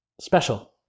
special